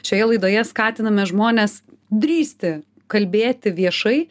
šioje laidoje skatiname žmones drįsti kalbėti viešai